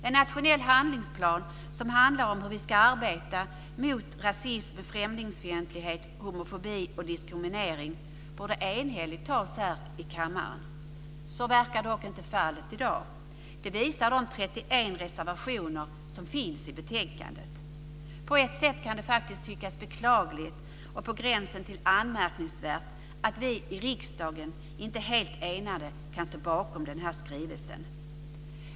En nationell handlingsplan som handlar om hur vi ska arbeta mot rasism, främlingsfientlighet, homofobi och diskriminering borde enhälligt antas i kammaren. Så verkar dock inte vara fallet i dag. Det visar de 31 reservationer som finns i betänkandet. På ett sätt kan det faktiskt tyckas beklagligt och på gränsen till anmärkningsvärt att vi i riksdagen inte helt enade kan stå bakom skrivelsen.